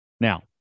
Now